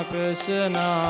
Krishna